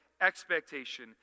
expectation